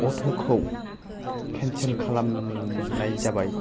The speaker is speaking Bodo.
अथ'खौ केनसेल खालामनाया जाबाय